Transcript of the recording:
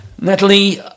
Natalie